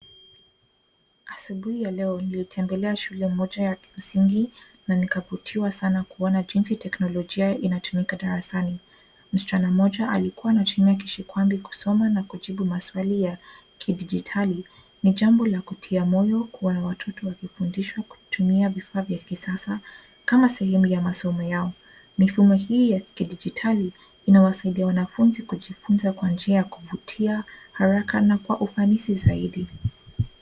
Asubuhi ya leo nilitembelea shule moja ya kimsingi na nikavutiwa sana kuona jinsi teknolojia inatumika darasani. Mschana mmoja alikuwa anatumia kishikwabi kusoma na kujibu maswali ya kidijitali. Ni jambo la kutia moyo kuona watoto wakifundishwa kwa kutumia vifaa vya kisasa kama sehemu ya masomo yao. Mifumo hii ya kidijitali inawasaidia wanafunzi kujifunza kwa njia ya kuvutia, haraka na kwa ufanisi zaidi.